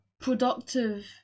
productive